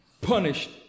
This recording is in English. punished